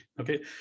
Okay